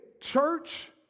church